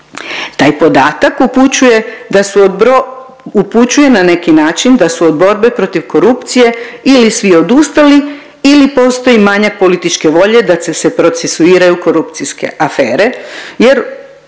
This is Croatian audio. Taj podatak upućuje na neki način da su od borbe protiv korupcije ili svi odustali ili postoji manjak političke volje da se procesuiraju korupcijske afere jer